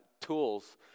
tools